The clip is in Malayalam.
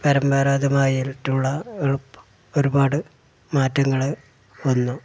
പരമ്പരഗതാമായിട്ടുള്ള എളുപ്പം ഒരുപാട് മാറ്റങ്ങള് വന്നു